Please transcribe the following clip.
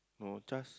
no trust